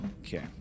okay